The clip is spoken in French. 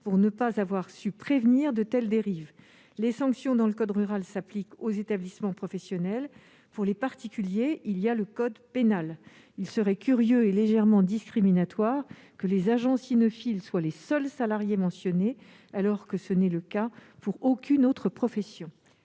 pour ne pas avoir su prévenir de telles dérives. Les sanctions prévues par ledit code s'appliquent aux établissements professionnels. Pour les particuliers, il y a le code pénal. Il serait curieux et légèrement discriminatoire que les agents cynophiles soient les seuls salariés visés ; ce n'est en effet le cas d'aucune autre profession.